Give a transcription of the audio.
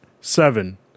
seven